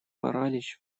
паралич